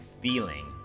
feeling